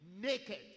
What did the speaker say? naked